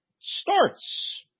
starts